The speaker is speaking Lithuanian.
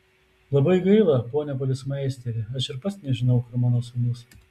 labai gaila pone policmeisteri aš ir pats nežinau kur mano sūnus